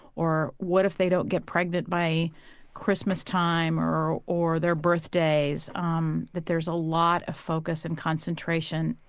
or what if they don't get pregnant by christmas time, or or their birthdays um that there's a lot of focus and concentration,